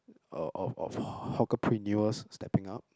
of of hawker prenius stepping up